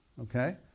Okay